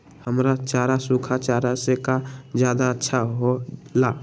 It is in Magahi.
हरा चारा सूखा चारा से का ज्यादा अच्छा हो ला?